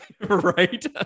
Right